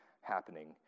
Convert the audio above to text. happening